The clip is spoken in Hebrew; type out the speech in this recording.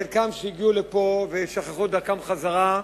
חלקם כאלה שהגיעו לפה ושכחו את דרכם חזרה.